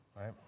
right